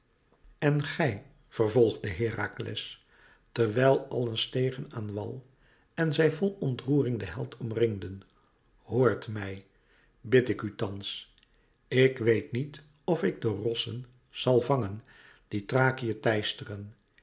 en gij vervolgde herakles terwijl allen stegen aan wal en zij vol ontroering den held omringden hoort mij bid ik u thans ik weet niet of ik de rossen zal vangen die thrakië teisteren